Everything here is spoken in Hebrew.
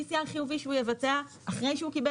PCR חיובי שהוא יבצע אחרי שהוא קיבל